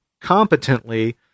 competently